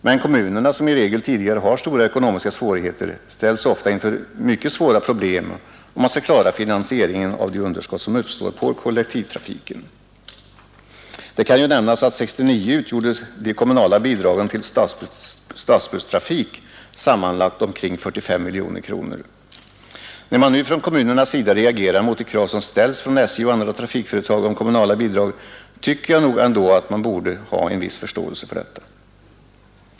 Men kommunerna, som i regel tidigare har stora ekonomiska svårigheter, ställs ofta inför mycket svåra problem om man skall klara finansieringen av de underskott som uppstår på kollektivtrafiken. Det kan ju nämnas att 1969 utgjorde de kommunala bidragen till stadsbusstrafik sammanlagt omkring 45 miljoner kronor. När nu kommunerna reagerar mot de krav som ställs från SJ och andra trafikföretag på kommunala bidrag tycker jag ändå man borde ha en viss förståelse för detta.